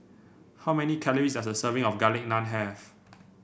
how many calories does a serving of Garlic Naan have